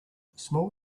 small